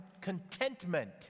contentment